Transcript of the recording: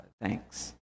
thanks